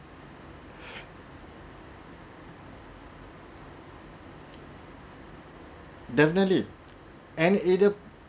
definitely and either